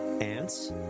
ants